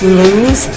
lose